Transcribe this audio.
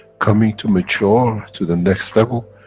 coming to mature to the next level,